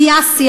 סיאסי,